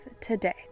today